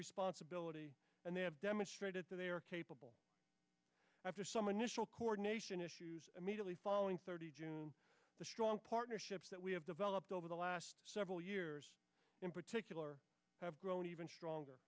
responsibility and they have demonstrated that they are capable after some initial coordination issues immediately following thirty june the strong partnerships that we have developed over the last several years in particular have grown even stronger